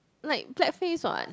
like blackface [what]